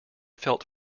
felt